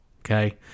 Okay